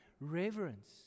reverence